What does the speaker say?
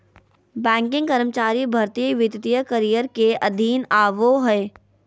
banking कर्मचारी भर्ती वित्तीय करियर के अधीन आबो हय